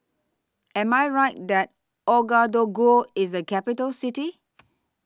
Am I Right that Ouagadougou IS A Capital City